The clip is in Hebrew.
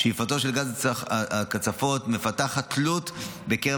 שאיפתו של גז הקצפות מפתחת תלות בקרב